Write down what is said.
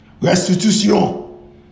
Restitution